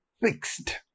fixed